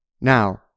Now